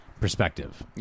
perspective